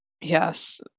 Yes